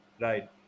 Right